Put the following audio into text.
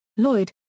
Lloyd